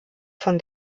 von